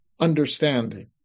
understanding